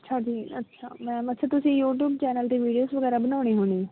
ਅੱਛਾ ਜੀ ਅੱਛਾ ਮੈਮ ਅੱਛਾ ਤੁਸੀਂ ਯੂਟਿਊਬ ਚੈਨਲ 'ਤੇ ਵੀਡੀਓਜ਼ ਵਗੈਰਾ ਬਣਾਉਣੀ ਹੋਣੀ